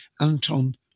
Anton